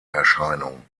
erscheinung